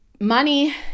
money